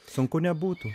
sunku nebūtų